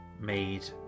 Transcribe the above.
made